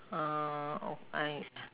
uh oh I